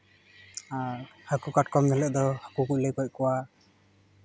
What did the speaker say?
ᱟᱨ ᱦᱟᱹᱠᱩ ᱠᱟᱴᱚᱢ ᱦᱤᱞᱳᱜ ᱫᱚ ᱦᱟᱹᱠᱩ ᱠᱚᱞᱮ ᱜᱚᱡ ᱠᱚᱣᱟ